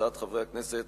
הצעות חברי הכנסת